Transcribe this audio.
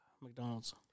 McDonald's